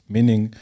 Meaning